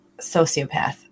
sociopath